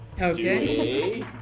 Okay